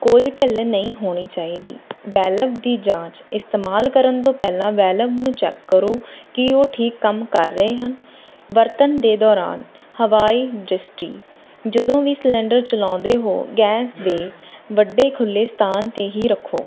ਕੋਈ ਢਿੱਲ ਨਹੀਂ ਹੋਣੀ ਚਾਹੀਦੀ ਵੈਲਵ ਦੀ ਜਾਂਚ ਇਸਤੇਮਾਲ ਕਰਨ ਤੋਂ ਪਹਿਲਾਂ ਵੈਲਵ ਨੂੰ ਚੈੱਕ ਕਰੋ ਕਿ ਉਹ ਠੀਕ ਕੰਮ ਕਰ ਰਹੇ ਹਨ ਬਰਤਨ ਦੇ ਦੌਰਾਨ ਹਵਾਈ ਡਿਸਟੀ ਜਦੋਂ ਵੀ ਸਿਲੰਡਰ ਚਲਾਉਂਦੇ ਹੋ ਗੈਸ ਦੇ ਵੱਡੇ ਖੁੱਲ੍ਹੇ ਸਥਾਨ 'ਤੇ ਹੀ ਰੱਖੋ